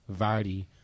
Vardy